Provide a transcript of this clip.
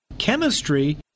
Chemistry